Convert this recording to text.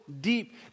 deep